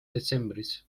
detsembris